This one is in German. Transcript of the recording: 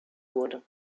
wurde